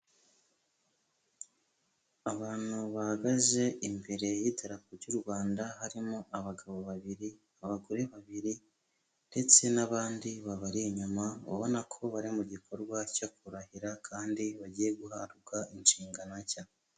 Abantu bahagaze imbere y'idarapo ry'u Rwanda harimo abagabo babiri, abagore babiri ndetse n'abandi babari inyuma, ubona ko bari mu gikorwa cyo kurahira kandi bagiye guhabwa inshingano nshya.